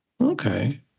Okay